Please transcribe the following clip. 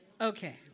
Okay